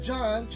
John